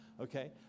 Okay